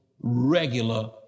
regular